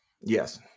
yes